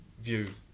view